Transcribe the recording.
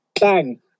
bang